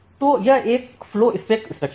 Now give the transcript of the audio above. तो यह एक फ्लोस्पेक स्ट्रक्चर है